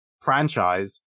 franchise